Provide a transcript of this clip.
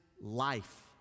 life